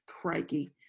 Crikey